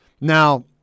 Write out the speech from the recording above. Now